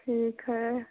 ठीक है